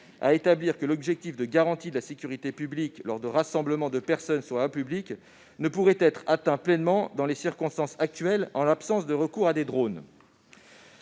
à établir que l'objectif de garantie de la sécurité publique lors de rassemblements de personnes sur la voie publique ne pourrait être atteint pleinement, dans les circonstances actuelles, en l'absence de recours à des drones.